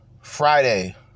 Friday